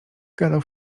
gadał